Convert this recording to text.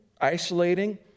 isolating